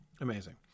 amazing